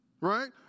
Right